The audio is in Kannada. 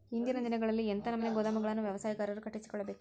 ಇಂದಿನ ದಿನಗಳಲ್ಲಿ ಎಂಥ ನಮೂನೆ ಗೋದಾಮುಗಳನ್ನು ವ್ಯವಸಾಯಗಾರರು ಕಟ್ಟಿಸಿಕೊಳ್ಳಬೇಕು?